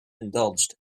indulged